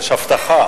יש הבטחה.